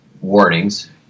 warnings